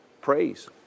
praise